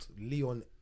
Leon